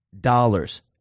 dollars